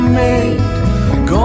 made